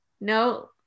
no